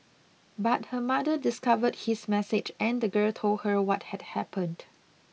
but her mother discovered his message and the girl told her what had happened